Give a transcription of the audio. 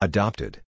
Adopted